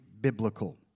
biblical